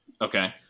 Okay